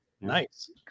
Nice